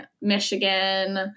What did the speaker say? Michigan